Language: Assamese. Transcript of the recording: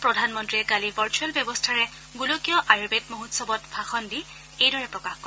প্ৰধানমন্ত্ৰীয়ে কালি ভাৰ্চুৱেল ব্যৱস্থাৰে গোলকীয় আয়ুৰ্বেদ মহোৎসৱত ভাষণ দি এইদৰে প্ৰকাশ কৰে